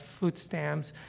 food stamps,